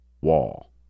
wall